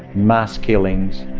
mass killings